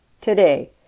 today